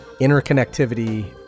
interconnectivity